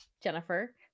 Jennifer